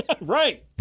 Right